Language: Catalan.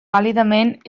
vàlidament